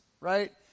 right